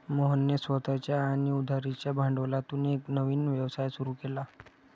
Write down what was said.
मोहनने स्वतःच्या आणि उधारीच्या भांडवलातून एक नवीन व्यवसाय सुरू केला